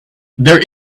there